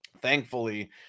thankfully